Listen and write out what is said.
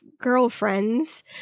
Girlfriends